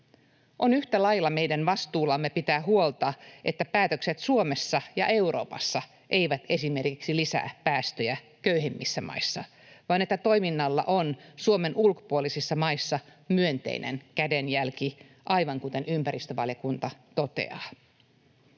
On yhtä lailla meidän vastuullamme pitää huolta, että päätökset Suomessa ja Euroopassa eivät esimerkiksi lisää päästöjä köyhemmissä maissa vaan että toiminnalla on Suomen ulkopuolisissa maissa myönteinen kädenjälki, aivan kuten ympäristövaliokunta toteaa.